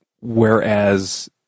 Whereas